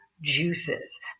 juices